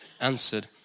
answered